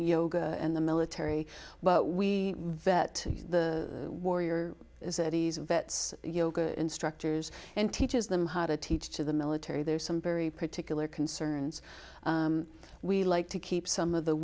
yoga and the military but we vet the warrior vets yoga instructors and teaches them how to teach to the military there are some very particular concerns we like to keep some of the